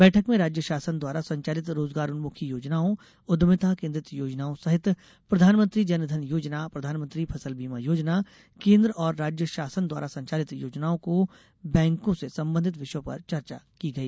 बैठक में राज्य शासन द्वारा संचालित रोजगारोन्मुखी योजनाओं उद्यमिता केन्द्रित योजनाओं सहित प्रधानमंत्री जनधन योजनाप्रधानमंत्री फसल बीमा योजना केन्द्र और राज्य शासन द्वारा संचालित योजनाओं को बैंकों से संबंधित विषयों पर चर्चा हुई